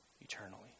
eternally